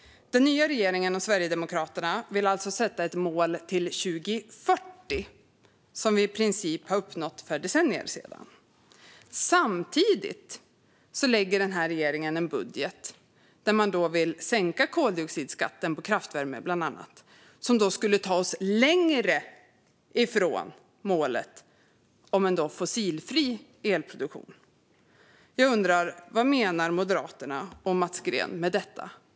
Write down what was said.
Den nya regeringen och Sverigedemokraterna vill alltså sätta ett mål till 2040, ett mål som vi i princip uppnådde för decennier sedan. Samtidigt lägger denna regering fram en budget där man vill sänka koldioxidskatten på bland annat kraftvärme, som skulle ta oss längre från målet om en fossilfri elproduktion. Vad menar Moderaterna och Mats Green med detta?